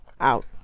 out